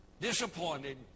Disappointed